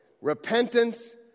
Repentance